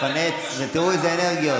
חבר'ה, 05:55 ותראו איזה אנרגיות.